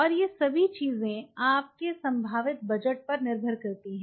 और ये सभी चीजें आपके संभावित बजट पर निर्भर करती हैं